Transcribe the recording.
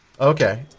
Okay